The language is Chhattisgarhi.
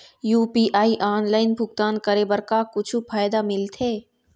यू.पी.आई ऑनलाइन भुगतान करे बर का कुछू फायदा मिलथे?